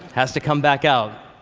has to come back out,